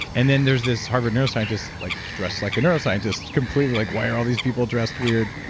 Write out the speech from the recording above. and then there's this harvard neuroscientist like dressed like a neuroscientist, completely like, why are all these people dressed weird?